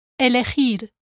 elegir